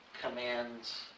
commands